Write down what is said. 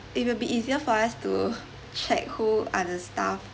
it will be easier for us to check who are the staff